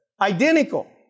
Identical